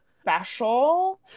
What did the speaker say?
special